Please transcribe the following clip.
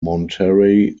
monterey